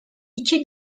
i̇ki